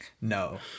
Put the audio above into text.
No